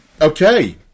Okay